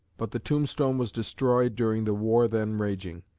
but the tombstone was destroyed during the war then raging.